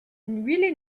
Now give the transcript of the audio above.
really